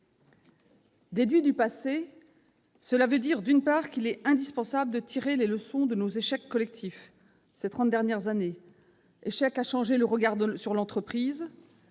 Déduit du passé », cela veut d'abord dire qu'il est indispensable de tirer les leçons de nos échecs collectifs de ces trente dernières années : échecs à changer le regard sur l'entreprise,